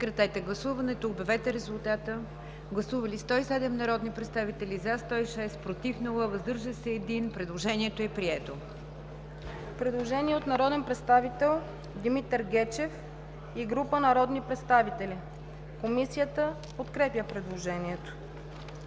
предложение от народния представител Димитър Гечев и група народни представители. Комисията подкрепя предложението.